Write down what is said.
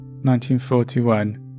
1941